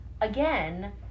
again